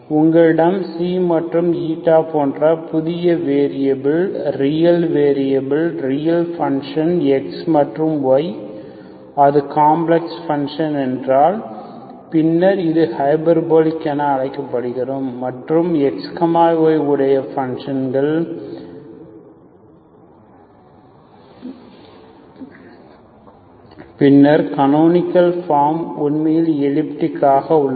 உங்களிடம் மற்றும் என்ற புதிய variable real variable real functions X மற்றும் y அது காம்ப்ளக்ஸ் பன்ஷன்ஸ் என்றால் பின்னர் அது ஹைபர்போலிக் அழைக்கப்படுகிறது மற்றும் X y உடைய காம்ப்ளக்ஸ் பன்ஷன்ஸ் உள்ளன மற்றும் பின்னர் கனோனிக்கள் ஃபார்ம் உண்மையில் எலிப்டிக் ஆக உள்ளது